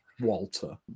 Walter